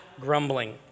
grumbling